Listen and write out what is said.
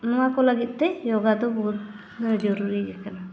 ᱱᱚᱣᱟ ᱠᱚ ᱞᱟᱹᱜᱤᱫ ᱛᱮ ᱫᱚ ᱵᱚᱦᱩᱛ ᱡᱚᱨᱩᱨᱤ ᱟᱠᱟᱱᱟ